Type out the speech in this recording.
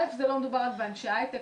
לא מדובר רק באנשי הייטק.